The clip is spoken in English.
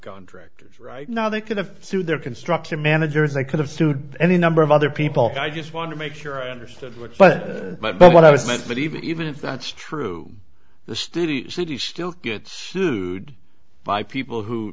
subcontractors right now they could have sued their construction managers i could have sued any number of other people i just want to make sure i understood which but but but what i was meant but even even if that's true the studio city still gets sued by people who